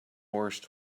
worst